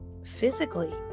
Physically